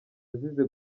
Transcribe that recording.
azize